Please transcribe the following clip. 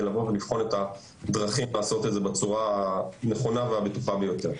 כדי לבחון את הדרכים לעשות את זה בצורה נכונה ובטוחה ביותר.